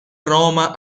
roma